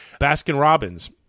Baskin-Robbins